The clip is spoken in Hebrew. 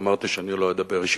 ואמרתי שאני לא אדבר אישית,